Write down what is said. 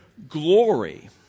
Glory